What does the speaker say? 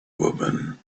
woman